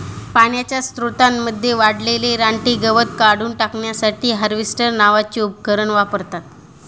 पाण्याच्या स्त्रोतांमध्ये वाढलेले रानटी गवत काढून टाकण्यासाठी हार्वेस्टर नावाचे उपकरण वापरतात